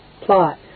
plot